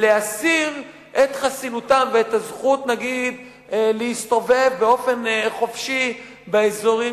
להסיר את חסינותם ואת הזכות נגיד להסתובב באופן חופשי באזורים